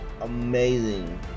amazing